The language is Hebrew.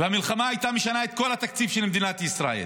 והמלחמה הייתה משנה את כל התקציב של מדינת ישראל,